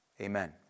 Amen